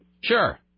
Sure